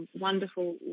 wonderful